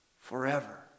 forever